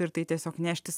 ir tai tiesiog neštis